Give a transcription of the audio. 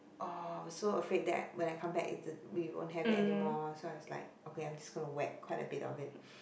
oh so afraid that when I come back t~ we won't have it anymore so I was like okay I'm gonna whack quite a bit of it